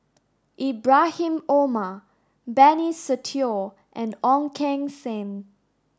Ibrahim Omar Benny Se Teo and Ong Keng Sen